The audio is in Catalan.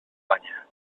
banya